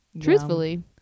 truthfully